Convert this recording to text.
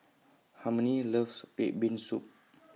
Harmony loves Red Bean Soup